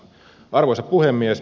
arvoisa puhemies